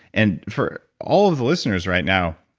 and for all of the listeners right now,